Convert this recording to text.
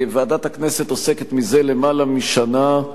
ועדת הכנסת עוסקת זה למעלה משנה,